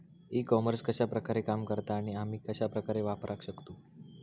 E commerce कश्या प्रकारे काम करता आणि आमी कश्या प्रकारे वापराक शकतू?